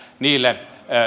niille